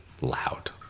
Loud